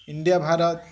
India Bharat